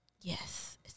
yes